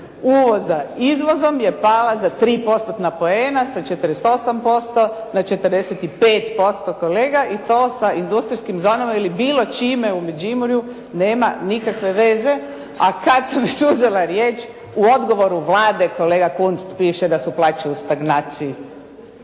uvoza izvozom je pala za 3 postotna poena sa 48% na 45% kolega i to sa industrijskim zonama ili bilo čime u Međimurju, nema nikakve veze. A kada sam već uzela riječ u odgovoru Vlade kolega Kunst piše da su plaće u stagnaciji.